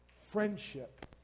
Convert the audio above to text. friendship